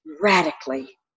radically